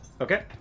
Okay